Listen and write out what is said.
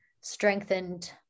strengthened